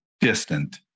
distant